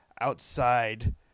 outside